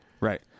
Right